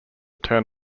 turn